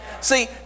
See